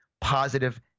positive